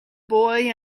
boy